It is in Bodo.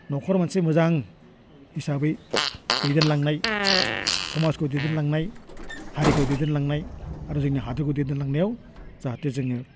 नखर मोनसे मोजां हिसाबै दैदेनलांनाय समाजखौ दैदेनलांनाय हारिखौ दैदेनलांनाय आरो जोंनि हादरखौ दैदेनलांनायाव जाहाथे जोंनिया